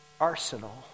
arsenal